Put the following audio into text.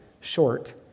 short